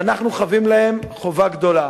ואנחנו חבים להם חוב גדול.